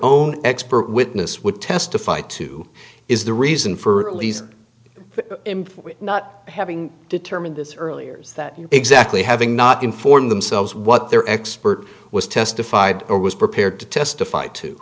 own expert witness would testify to is the reason for elisa m for not having determined this earlier that you exactly having not inform themselves what their expert was testified or was prepared to testify to